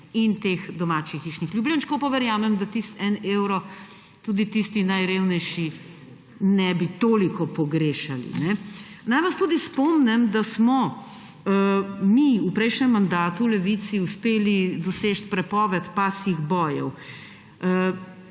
in domačih hišnih ljubljenčkov. Pa verjamem, da tistega enega evra tudi tisti najrevnejši ne bi toliko pogrešali. Naj vas tudi spomnim, da smo mi v prejšnjem mandatu v Levici uspeli doseči prepoved pasjih bojev,